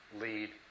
lead